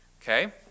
Okay